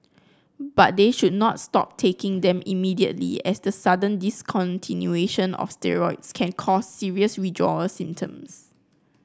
but they should not stop taking them immediately as the sudden discontinuation of steroids can cause serious withdrawal symptoms